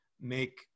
make